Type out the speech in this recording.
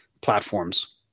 platforms